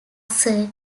sir